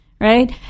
right